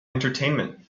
entertainment